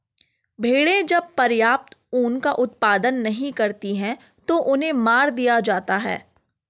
भेड़ें जब पर्याप्त ऊन का उत्पादन नहीं करती हैं तो उन्हें मार दिया जाता है